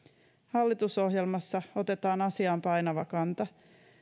hallitusohjelmassa otetaan asiaan painava kanta